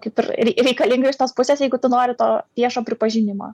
kaip ir reikalinga iš tos pusės jeigu tu nori to viešo pripažinimo